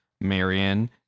Marion